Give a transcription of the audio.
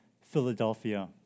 Philadelphia